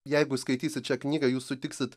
jeigu skaitysit šią knygą jūs sutiksit